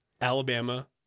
Alabama